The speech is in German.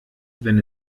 wenn